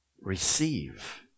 receive